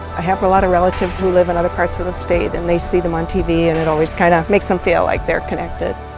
i have a lot of relatives who live in other parts of the state and they see them on tv and it always kinda makes them feel like they are connected.